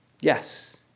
Yes